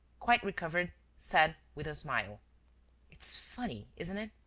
quite recovered, said, with a smile it's funny, isn't it?